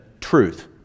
truth